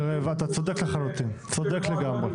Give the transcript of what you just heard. אתה צודק לחלוטין, צודק לגמרי.